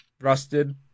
rusted